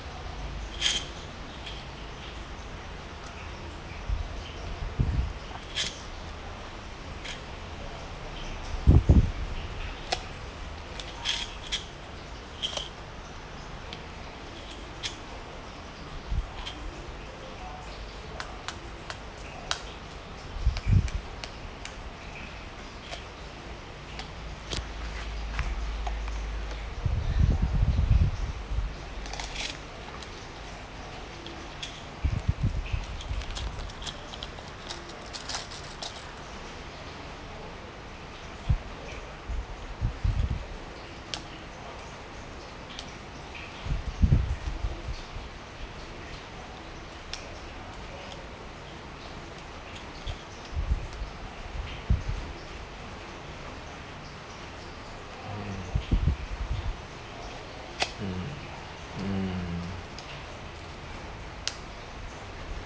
hmm mm mm